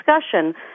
discussion